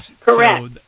Correct